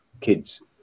kids